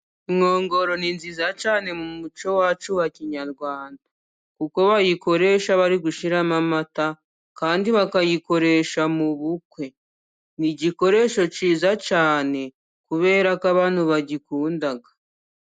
Inkongoro ni nziza cyane mu muco wacu wa kinyarwanda, kuko bayikoresha bari gushyiramo amata kandi bakayikoresha mu bukwe. Ni igikoresho cyiza cyane kubera ko abantu bagikunda.